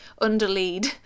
Underlead